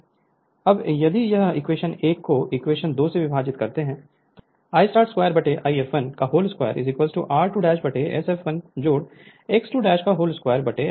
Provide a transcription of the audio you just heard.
अब यदि हम इक्वेशन 1 को इक्वेशन 2 से विभाजित करते हैं तो I start 2I startI fl 2 यह एक्सप्रेशन मिलेगा